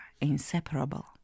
inseparable